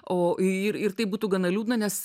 o ir ir tai būtų gana liūdna nes